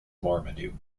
marmaduke